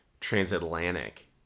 transatlantic